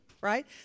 right